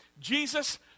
Jesus